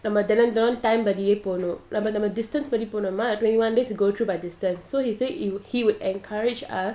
நம்ம:nama time படியேபோகணும்நம்ம:padiye poganum namma distance படிபோனோம்னா:padi ponomna twenty one days you go through by distance so he said it would he would encourage us